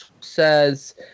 says